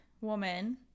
woman